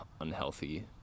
unhealthy